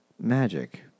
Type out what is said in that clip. magic